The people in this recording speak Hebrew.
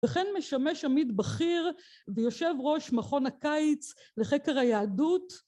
וכן משמש עמית בכיר ויושב ראש מכון הקיץ לחקר היהדות.